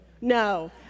No